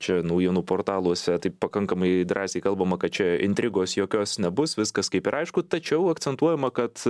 čia naujienų portaluose taip pakankamai drąsiai kalbama kad čia intrigos jokios nebus viskas kaip ir aišku tačiau akcentuojama kad